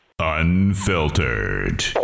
Unfiltered